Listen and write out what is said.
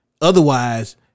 Otherwise